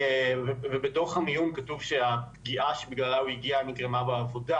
ובתוך המיון כתוב שהפגיעה שבגללה הוא הגיע נגרמה בעבודה,